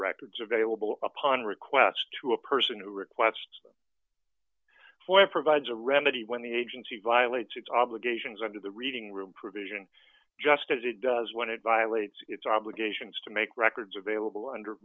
records available upon request to a person who requests for it provides a remedy when the agency violates its obligations under the reading room provision just as it does when it violates its obligations to make records available under